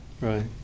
Right